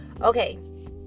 okay